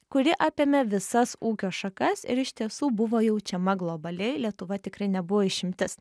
kuri apėmė visas ūkio šakas ir iš tiesų buvo jaučiama globaliai lietuva tikrai nebuvo išimtis